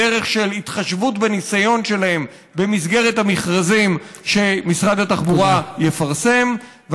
בדרך של התחשבות בניסיון שלהם במסגרת המכרזים שמשרד התחבורה יפרסם.